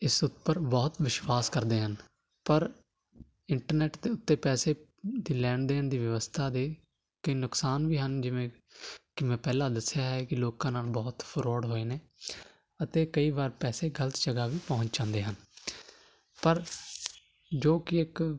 ਇਸ ਉੱਪਰ ਬਹੁਤ ਵਿਸ਼ਵਾਸ ਕਰਦੇ ਹਨ ਪਰ ਇੰਟਰਨੈਟ ਦੇ ਉੱਤੇ ਪੈਸੇ ਦੀ ਲੈਣ ਦੇਣ ਦੀ ਵਿਵਸਥਾ ਦੇ ਕੀ ਨੁਕਸਾਨ ਵੀ ਹਨ ਜਿਵੇਂ ਕਿ ਮੈਂ ਪਹਿਲਾਂ ਦੱਸਿਆ ਹੈ ਕਿ ਲੋਕਾਂ ਨਾਲ ਬਹੁਤ ਫਰੋਡ ਹੋਏ ਨੇ ਅਤੇ ਕਈ ਵਾਰ ਪੈਸੇ ਗਲਤ ਜਗ੍ਹਾ ਵੀ ਪਹੁੰਚ ਜਾਂਦੇ ਹਨ ਪਰ ਜੋ ਕਿ ਇੱਕ